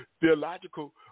theological